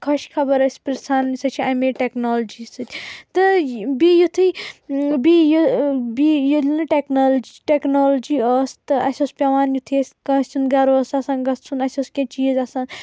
خوش خبر ٲسۍ پرِژھان سُہ چھِ امے ٹیکنالوجی سۭتۍ تہٕ بہِ یُتھٕے بہِ ییٚلہِ بہِ ییٚلہِ نہ ٹیکنالوجی ٲس تہٕ اسہِ اوس پیوان یُتھی کٲنسہِ ہنٛد گرٕ اوس آسان گژھُن اسہِ اوس کینٛہہ چِیز آسان